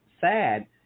sad